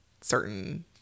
certain